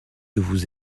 vous